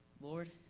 Lord